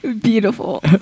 beautiful